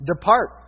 depart